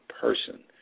person